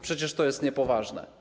Przecież to jest niepoważne.